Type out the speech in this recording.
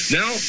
Now